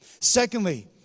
Secondly